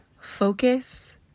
focus